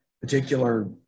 particular